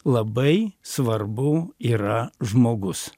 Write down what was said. labai svarbu yra žmogus